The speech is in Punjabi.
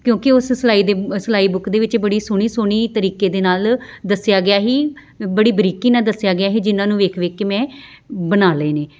ਕਿਉਂਕਿ ਉਸ ਸਿਲਾਈ ਦੇ ਸਿਲਾਈ ਬੁੱਕ ਦੇ ਵਿੱਚ ਬੜੀ ਸੋਹਣੀ ਸੋਹਣੀ ਤਰੀਕੇ ਦੇ ਨਾਲ ਦੱਸਿਆ ਗਿਆ ਹੀ ਬੜੀ ਬਰੀਕੀ ਨਾਲ ਦੱਸਿਆ ਗਿਆ ਹੀ ਜਿਹਨਾਂ ਨੂੰ ਵੇਖ ਵੇਖ ਕੇ ਮੈਂ ਬਣਾ ਲਏ ਨੇ